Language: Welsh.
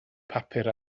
papur